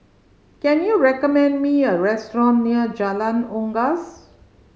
can you recommend me a restaurant near Jalan Unggas